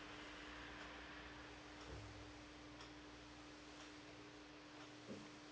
mm